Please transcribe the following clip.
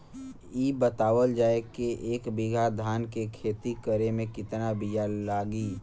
इ बतावल जाए के एक बिघा धान के खेती करेमे कितना बिया लागि?